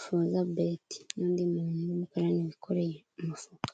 Forte Bet n'undi muntu w'umukarani wikoreye umufuka.